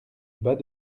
bas